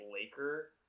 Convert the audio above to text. Laker